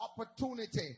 opportunity